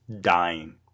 dying